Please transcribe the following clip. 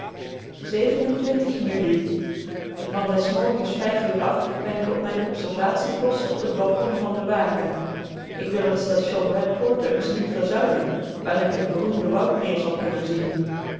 juli van des morgens vijf uur af ben ik op mijn observatiepost op het balkon van den wagen ik wil het station rat portage niet verzuimen waar ik het beroemde woudmeer zal kunnen zien